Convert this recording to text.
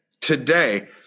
today